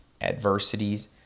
adversities